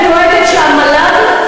אני דואגת שהמל"ג,